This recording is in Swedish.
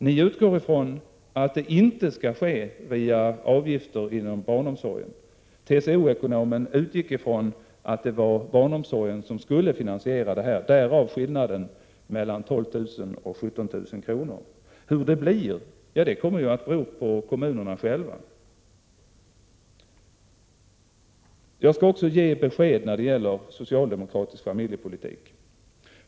Ni utgår ifrån att det inte skall ske via avgifter inom barnomsorgen. TCO-ekonomen utgick ifrån att det var barnomsorgen som skulle finansiera det här — därav skillnaden mellan 12 000 och 17 000 kr. Hur det blir kommer att bero på kommunerna själva: Jag skall också lämna besked när det gäller socialdemokratisk familjepolitik.